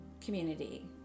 community